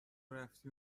رفتی